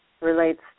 relates